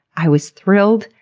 i was thrilled,